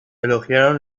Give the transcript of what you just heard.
elogiaron